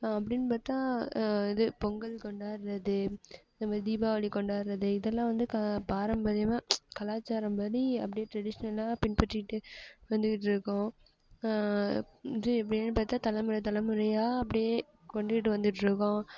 அப்படின்னு பார்த்தா இது பொங்கல் கொண்டாடுறது இதை மாதிரி தீபாவளி கொண்டாடுறது இதலாம் வந்து பாரம்பரியமாக கலாச்சாரம் படி அப்படியே ட்ரெடிஷ்னலாக பின்பற்றிக்கிட்டு வந்துக்கிட்டு இருக்கோம் இது எப்படினு பார்த்தா தலைமுறை தலைமுறையாக அப்படியே கொண்டுகிட்டு வந்துக்கிட்டு இருக்கோம்